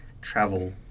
travel